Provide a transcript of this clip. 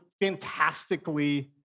fantastically